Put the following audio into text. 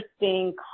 interesting